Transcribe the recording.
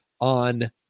on